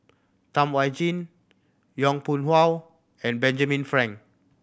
Tam Wai Jia Yong Pung How and Benjamin Frank